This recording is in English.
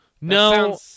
No